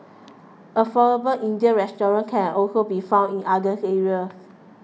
affordable Indian restaurants can also be found in other areas